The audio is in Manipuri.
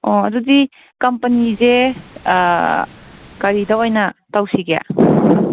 ꯑꯣ ꯑꯗꯨꯗꯤ ꯀꯝꯄꯅꯤꯖꯦ ꯀꯔꯤꯗ ꯑꯣꯏꯅ ꯇꯧꯁꯤꯒꯦ